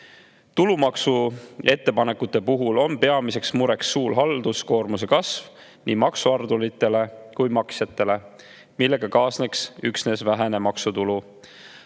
Tulumaksuettepanekute puhul on peamine mure halduskoormuse suur kasv nii maksuhalduritele kui ka ‑maksjatele, millega kaasneks üksnes vähene maksutulu.